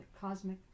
Cosmic